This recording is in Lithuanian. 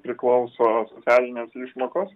priklauso socialinės išmokos